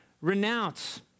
renounce